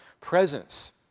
presence